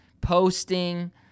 posting